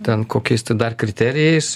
ten kokiais tai dar kriterijais